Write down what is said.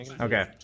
Okay